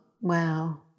Wow